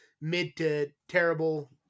mid-to-terrible